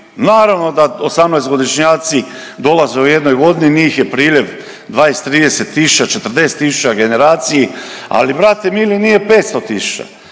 Naravno da 18-godišnjaci dolaze u jednoj godini, njih je priljev 20, 30 tisuća, 40 tisuća u generaciji, ali brate mili, nije 500 tisuća